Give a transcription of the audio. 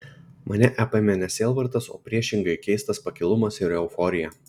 mane apėmė ne sielvartas o priešingai keistas pakilumas ir euforija